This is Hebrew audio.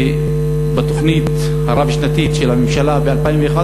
בתוכנית הרב-שנתית של הממשלה ב-2011